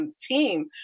team